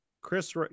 Chris